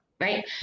right